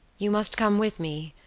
you must come with me,